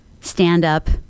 stand-up